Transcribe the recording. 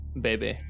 baby